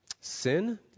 sin